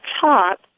top